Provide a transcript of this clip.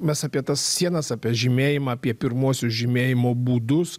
mes apie tas sienas apie žymėjimą apie pirmuosius žymėjimo būdus